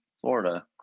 Florida